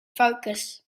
focus